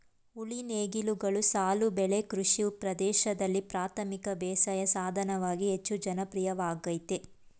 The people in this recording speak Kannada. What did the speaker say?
ಉಳಿ ನೇಗಿಲುಗಳು ಸಾಲು ಬೆಳೆ ಕೃಷಿ ಪ್ರದೇಶ್ದಲ್ಲಿ ಪ್ರಾಥಮಿಕ ಬೇಸಾಯ ಸಾಧನವಾಗಿ ಹೆಚ್ಚು ಜನಪ್ರಿಯವಾಗಯ್ತೆ